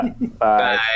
Bye